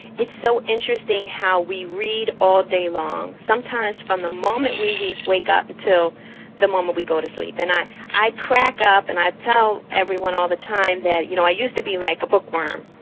it's so interesting how we read all day long, sometimes from the moment we we wake up until the moment we go to sleep. and i i crack up and i tell everyone all the time that you know, i used to be like a bookworm.